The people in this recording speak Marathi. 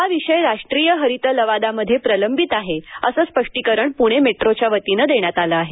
हा विषय राष्ट्रीय हरित लवादामध्ये प्रलंबित आहे असं स्पष्टीकरण प्णे मेट्रोच्या वतीनं देण्यात आलं आहे